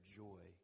joy